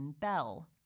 bell